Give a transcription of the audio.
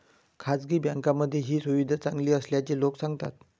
खासगी बँकांमध्ये ही सुविधा चांगली असल्याचे लोक सांगतात